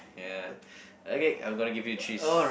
ya okay I'm gonna give you three